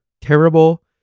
terrible